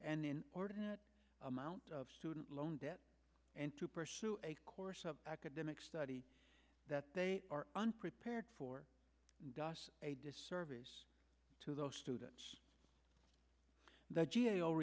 and in order to amount of student loan debt and to pursue a course of academic study that they are unprepared for a disservice to those students the g a